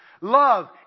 Love